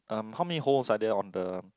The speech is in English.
um how many holes are there on the